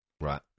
right